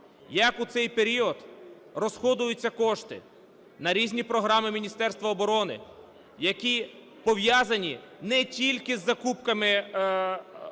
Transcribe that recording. як у цей період розходуються кошти на різні програми Міністерства оброни, які пов'язані не тільки із закупками